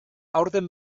aurten